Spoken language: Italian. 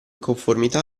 conformità